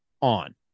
on